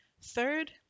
Third